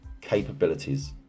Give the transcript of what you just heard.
capabilities